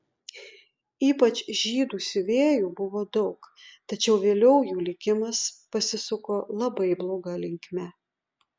ypač žydų siuvėjų buvo daug tačiau vėliau jų likimas pasisuko labai bloga linkme